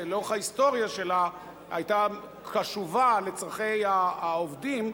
שלאורך ההיסטוריה שלה היתה קשובה לצורכי העובדים,